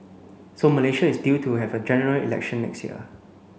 so Malaysia is due to have a General Election next year